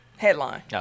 Headline